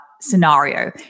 scenario